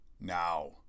Now